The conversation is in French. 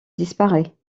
disparaît